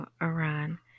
Iran